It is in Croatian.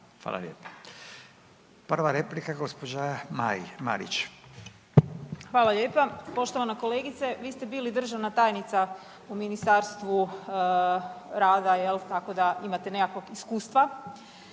Hvala lijepa. Prva replika gđa. Marić. **Marić, Andreja (SDP)** Hvala lijepa. Poštovana kolegice, vi ste bili državna tajnica u Ministarstva rada jel, tako da imate nekakvog iskustva.